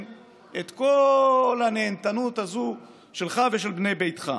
את כל הנהנתנות הזו שלך ושל בני ביתך,